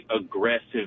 aggressive